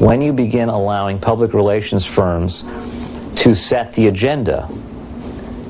when you begin allowing public relations firms to set the agenda